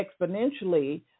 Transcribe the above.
exponentially